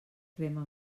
crema